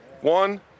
One